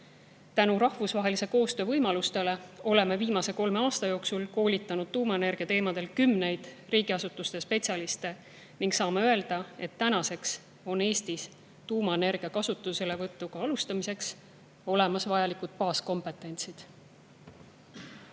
Tänu rahvusvahelise koostöö võimalustele oleme viimase kolme aasta jooksul koolitanud tuumaenergia teemadel kümneid riigiasutuste spetsialiste ning saame öelda, et tänaseks on Eestis tuumaenergia kasutuselevõtuga alustamiseks olemas vajalikud baaskompetentsid.